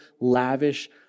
lavish